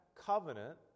covenant